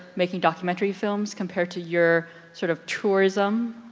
making documentary films, compared to your, sort of, tourism?